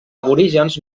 aborígens